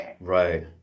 right